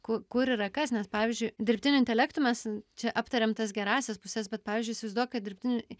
ku kur yra kas nes pavyzdžiui dirbtiniu intelektu mes čia aptariam tas gerąsias puses bet pavyzdžiui įsivaizduok kad dirbtinių